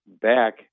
back